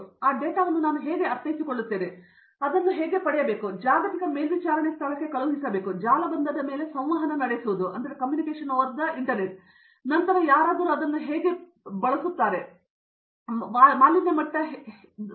ಈಗ ಆ ಡೇಟಾವನ್ನು ನಾನು ಹೇಗೆ ಅರ್ಥೈಸಿಕೊಳ್ಳುತ್ತೇನೆ ಅದನ್ನು ನಾನು ಹೇಗೆ ತೆಗೆದು ಹಾಕಬೇಕು ಮತ್ತು ಅದನ್ನು ಜಾಗತಿಕ ಮೇಲ್ವಿಚಾರಣೆ ಸ್ಥಳಕ್ಕೆ ಕಳುಹಿಸಿ ಜಾಲಬಂಧದ ಮೇಲೆ ಸಂವಹನ ನಡೆಸುವುದು ಮತ್ತು ನಂತರ ಯಾರಾದರೂ ಹೋಗುತ್ತಾರೆ ಮತ್ತು ಆ ಡೇಟಾವನ್ನು ಬಳಸುತ್ತಾರೆ ಮತ್ತು ಸುನಾಮಿ ಇರಬಹುದೆಂದು ಹೇಳಬಹುದು ಮಾಲಿನ್ಯ ಮಟ್ಟವು ಹೆಚ್ಚು